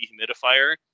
dehumidifier